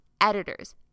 editors